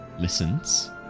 listens